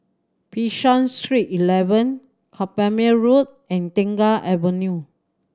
Bishan Street Eleven Carpmael Road and Tengah Avenue